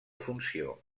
funció